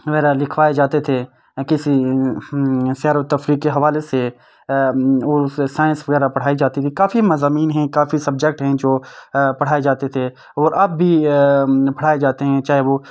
وغیرہ لکھوائے جاتے تھے کسی سیر و تفریح کے حوالے سے سائنس وغیرہ پڑھائی جاتی تھی کافی مضامین ہیں کافی سبجیکٹ ہیں جو پڑھائے جاتے تھے اور اب بھی پڑھائے جاتے ہیں چاہے وہ